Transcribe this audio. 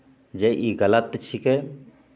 जे ई गलत छिकै